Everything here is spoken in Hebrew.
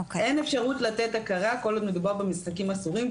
אין אפשרות לתת הכרה כל עוד מדובר במשחקים אסורים,